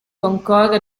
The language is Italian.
concorre